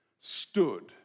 stood